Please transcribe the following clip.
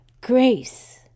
grace